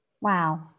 Wow